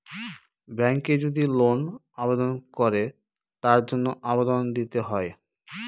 ব্যাঙ্কে যদি লোন আবেদন করে তার জন্য আবেদন দিতে হয়